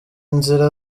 inzira